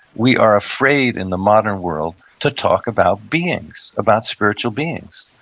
we are afraid, in the modern world, to talk about beings, about spiritual beings.